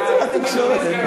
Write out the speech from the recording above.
אתה צודק בהחלט, חבר הכנסת דרעי.